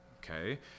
okay